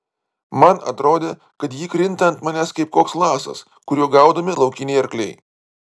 man atrodė kad ji krinta ant manęs kaip koks lasas kuriuo gaudomi laukiniai arkliai